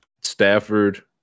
Stafford